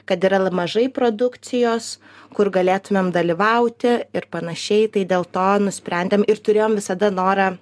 kad yra mažai produkcijos kur galėtumėm dalyvauti ir panašiai tai dėl to nusprendėm ir turėjom visada norą